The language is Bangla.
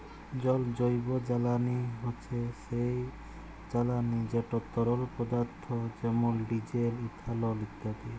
জল জৈবজ্বালানি হছে সেই জ্বালানি যেট তরল পদাথ্থ যেমল ডিজেল, ইথালল ইত্যাদি